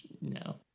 No